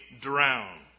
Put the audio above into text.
drown